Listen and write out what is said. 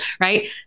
Right